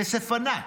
כסף ענק,